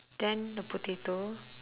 then the potato